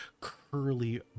curly